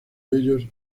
ellos